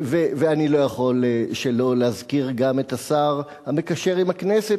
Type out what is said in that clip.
ואני לא יכול שלא להזכיר גם את השר המקשר עם הכנסת,